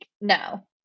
no